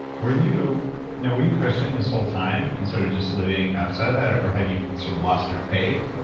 were you know were you christian this whole time and sort of just living outside of that, or or had you sort of lost your faith?